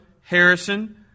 Harrison